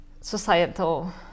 societal